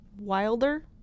Wilder